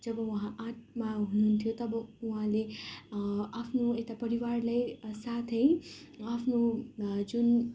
जब उहाँ आठमा हुनुहुन्थ्यो तब उहाँले आफ्नो यता परिवारलाई साथै आफ्नो जुन